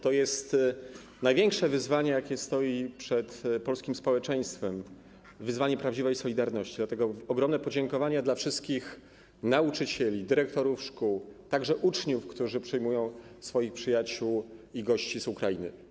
To jest największe wyzwanie, jakie stoi przed polskim społeczeństwem, wyzwanie prawdziwej solidarności, dlatego ogromne podziękowania dla wszystkich nauczycieli, dyrektorów szkół, także uczniów, którzy przyjmują swoich przyjaciół i gości z Ukrainy.